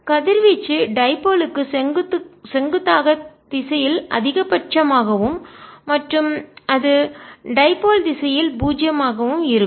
கதிர்வீச்சு டைபோல் க்கு இருமுனைக்கு செங்குத்தாக திசையில் அதிகபட்சம் ஆகவும் மற்றும் அது டைபோல் இருமுனை திசையில் பூஜ்ஜியமாக இருக்கும்